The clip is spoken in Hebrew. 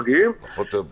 נכון,